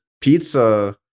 pizza